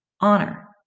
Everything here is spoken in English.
honor